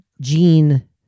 Gene